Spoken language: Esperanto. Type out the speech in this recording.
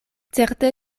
certe